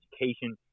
education